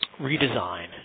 redesign